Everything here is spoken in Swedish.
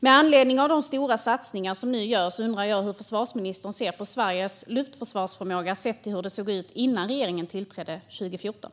Med anledning av de stora satsningar som nu görs undrar jag hur försvarsministern ser på Sveriges luftförsvarsförmåga sett till hur det såg ut innan regeringen tillträdde 2014.